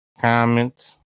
comments